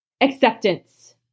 acceptance